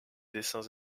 dessins